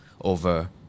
over